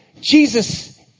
Jesus